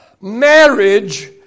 Marriage